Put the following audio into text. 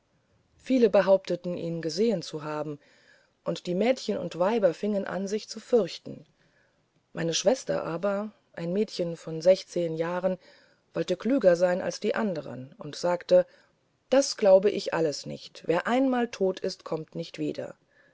viele behaupteten ihn gesehen zu haben und die mädchen und weiber fingen an sich zu fürchten meine schwester aber ein mädchen von sechszehen jahren wollte klüger sein als die andern und sagte das glaube ich alles nicht wer einmal tot ist kommt nicht wieder